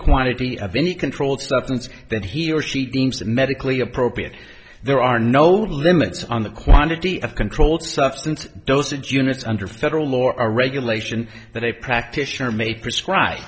quantity of any controlled substance that he or she deems medically appropriate there are no limits on the quantity of controlled substance dosage units under federal law regulation that a practitioner may prescribe